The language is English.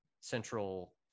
central